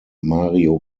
mario